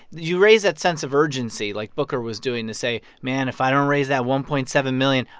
you raise that sense of urgency like booker was doing to say, man, if i don't raise that one point seven million,